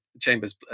Chambers